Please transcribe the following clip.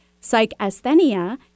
psychasthenia